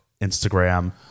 Instagram